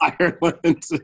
Ireland